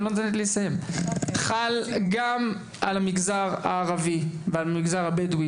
-- חל גם על המגזר הערבי והמגזר הבדואי.